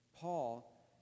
Paul